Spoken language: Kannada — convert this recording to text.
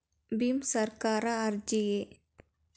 ಭೀಮ್ ಸರ್ಕಾರಿ ಅರ್ಜಿಯೇ?